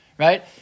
Right